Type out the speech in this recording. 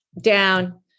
down